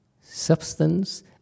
substance